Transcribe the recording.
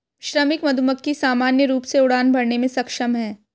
श्रमिक मधुमक्खी सामान्य रूप से उड़ान भरने में सक्षम हैं